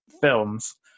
films